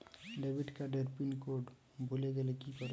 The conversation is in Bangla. ডেবিটকার্ড এর পিন কোড ভুলে গেলে কি করব?